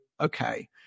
okay